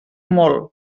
molt